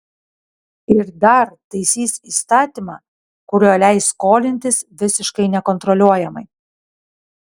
ir dar taisys įstatymą kuriuo leis skolintis visiškai nekontroliuojamai